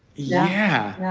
yeah yeah.